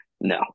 No